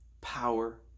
power